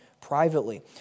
privately